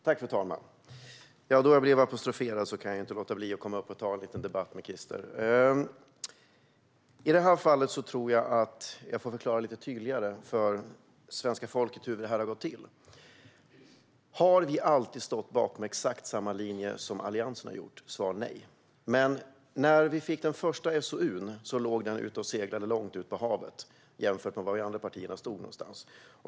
Fru talman! Eftersom jag blev apostroferad kan jag inte låta bli att komma upp och ta en liten debatt med Christer. I detta fall tror jag att jag får förklara lite tydligare för svenska folket hur detta har gått till. Har vi sverigedemokrater alltid stått bakom exakt samma linje som Alliansen har gjort? Svar nej. Men när vi fick den första SOU:n låg den och seglade långt ute på havet jämfört med var vi andra partier stod någonstans.